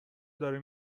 داره